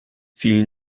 vielen